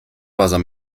wasser